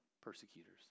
persecutors